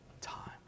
time